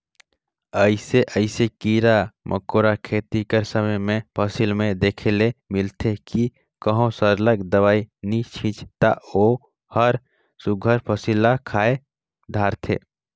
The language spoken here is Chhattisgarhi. अइसे अइसे कीरा मकोरा खेती कर करे में फसिल में देखे ले मिलथे कि कहों सरलग दवई नी छींचे ता ओहर सुग्घर फसिल ल खाए धारथे